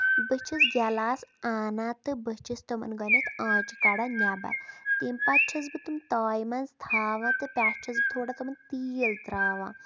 بہٕ چھَس گِلاسہٕ انان تہٕ بہٕ چھَس تِمن گۄڈٕنیتھ آنچہِ کڑان نٮ۪بر تَمہِ پَتہٕ چھس بہٕ تِم تایہِ منٛز تھاوان تہٕ پٮ۪ٹھٕ چھَس بہٕ تِمن تھوڑا تیٖل تراون